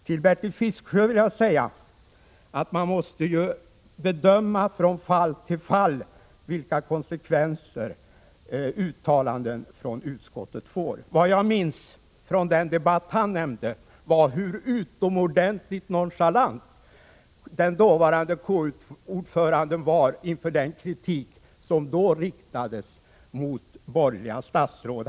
Till Bertil Fiskesjö vill jag säga att man måste bedöma från fall till fall vilka konsekvenser uttalanden från utskottet får. Vad jag minns från den debatt han nämnde är hur utomordentligt nonchalant den dåvarande KU-ordföranden var inför den kritik som då riktades mot borgerliga statsråd.